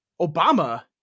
Obama